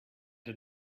had